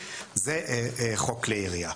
זה חוק כלי ירייה.